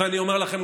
ואני אומר לכם,